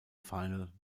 final